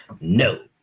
No